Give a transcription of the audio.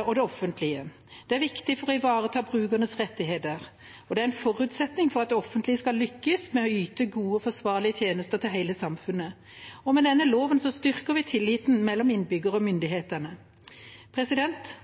og det offentlige. Det er viktig for å ivareta brukernes rettigheter, og det er en forutsetning for at det offentlige skal lykkes med å yte gode og forsvarlige tjenester til hele samfunnet, og med denne loven styrker vi tilliten mellom innbyggere og